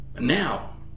Now